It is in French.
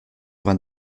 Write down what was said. vingt